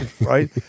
right